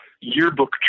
yearbook